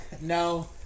No